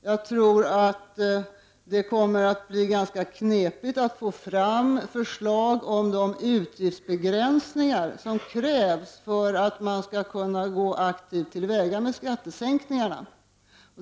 Jag tror att det kommer att bli ganska knepigt att få fram förslag om de utgiftsbegränsningar som krävs för att man skall kunna gå aktivt till väga med skattesänkningarna.